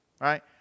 right